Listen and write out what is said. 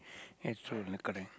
it's true lah correct